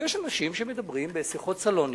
יש אנשים שמדברים בשיחות סלוניות,